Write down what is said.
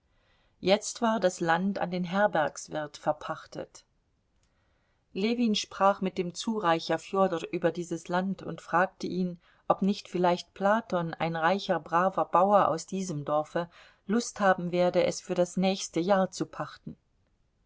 jetzt war das land an den herbergswirt verpachtet ljewin sprach mit dem zureicher fjodor über dieses land und fragte ihn ob nicht vielleicht platon ein reicher braver bauer aus diesem dorfe lust haben werde es für das nächste jahr zu pachten